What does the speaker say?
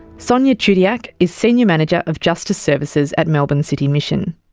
sonia chudiak is senior manager of justice services at melbourne city mission.